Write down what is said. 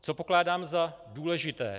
Co pokládám za důležité?